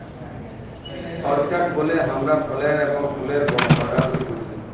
orchard বলতে হামরা ফলের এবং ফুলের বাগালকে বুঝি